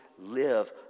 live